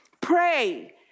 Pray